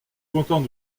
content